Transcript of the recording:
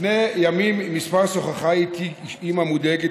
לפני ימים מספר שוחחה איתי אימא מודאגת,